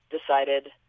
decided